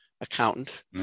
accountant